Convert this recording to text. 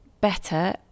better